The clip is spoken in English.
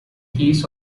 case